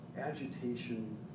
agitation